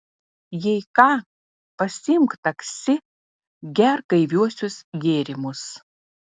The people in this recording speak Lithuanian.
jei ką pasiimk taksi gerk gaiviuosius gėrimus